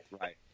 right